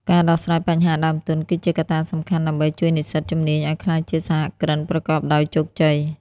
ការដោះស្រាយបញ្ហាដើមទុន គឺជាកត្តាសំខាន់ដើម្បីជួយនិស្សិតជំនាញឱ្យក្លាយជាសហគ្រិនប្រកបដោយជោគជ័យ។